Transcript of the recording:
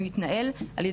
ומדבר אליי,